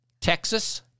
Texas